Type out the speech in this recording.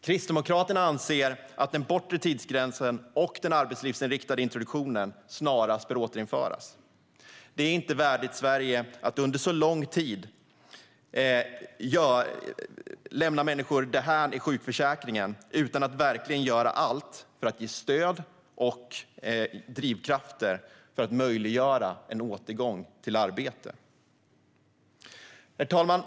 Kristdemokraterna anser att den bortre tidsgränsen och den arbetslivsinriktade introduktionen snarast bör återinföras. Det är inte värdigt Sverige att under så lång tid lämna människor därhän i sjukförsäkringen utan att verkligen göra allt för att ge stöd och drivkrafter så att en återgång i arbete möjliggörs. Herr talman!